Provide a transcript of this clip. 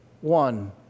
one